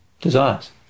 desires